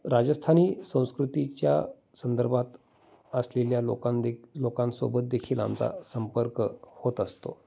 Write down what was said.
राजस्थानी संस्कृतीच्या संदर्भात असलेल्या लोकां दे लोकांसोबत देखील आमचा संपर्क होत असतो